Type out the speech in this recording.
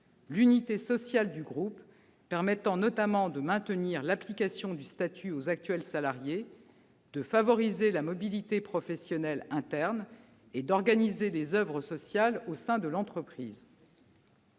l'unité sociale du groupe, en permettant notamment de maintenir l'application du statut aux actuels salariés, de favoriser la mobilité professionnelle interne et d'organiser les oeuvres sociales au sein de l'entreprise.